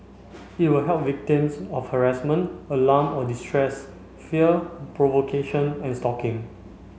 it will help victims of harassment alarm or distress fear provocation and stalking